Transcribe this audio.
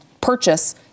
purchase